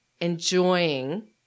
enjoying –